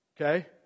Okay